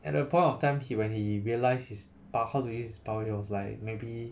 at that point of time he when he realised his pow~ how to use his powers he was like maybe